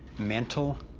mental,